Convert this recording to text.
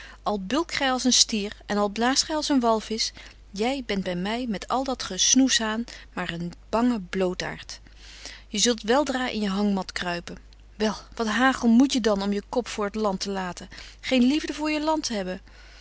bulkt gy als een stier en al blaast gy als een walvisch jy bent by my met al dat gesnoesbetje wolff en aagje deken historie van mejuffrouw sara burgerhart haan maar een bange bloodaart je zult wel dra in je hangmat kruipen wel wat hagel moet je dan om je kop voor t land te laten geen liefde voor je land hebben